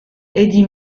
eddy